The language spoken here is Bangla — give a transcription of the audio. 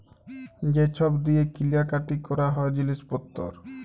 যে ছব দিঁয়ে কিলা কাটি ক্যরা হ্যয় জিলিস পত্তর